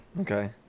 Okay